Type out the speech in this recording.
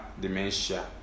dementia